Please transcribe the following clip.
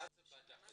מה זה בדק?